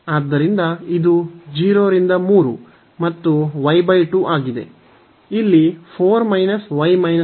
ಆದ್ದರಿಂದ ಇದು 0 ರಿಂದ 3 ಮತ್ತು y 2 ಆಗಿದೆ